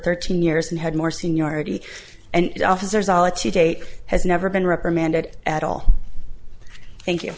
thirteen years and had more seniority and officers allah to date has never been reprimanded at all thank you